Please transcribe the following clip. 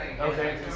Okay